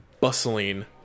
bustling